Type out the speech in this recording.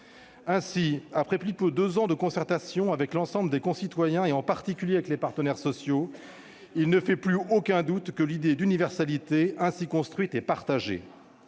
Ainsi, après plus de deux ans de concertations avec l'ensemble de nos concitoyens, en particulier avec les partenaires sociaux, il ne fait plus aucun doute que l'idée d'universalité, ainsi construite, est partagée.